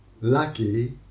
lucky